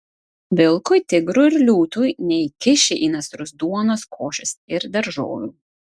vilkui tigrui ir liūtui neįkiši į nasrus duonos košės ir daržovių